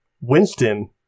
Winston